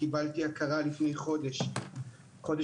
קיבלתי הכרה לפני חודש וחצי.